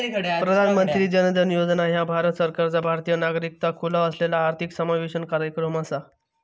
प्रधानमंत्री जन धन योजना ह्या भारत सरकारचा भारतीय नागरिकाकरता खुला असलेला आर्थिक समावेशन कार्यक्रम असा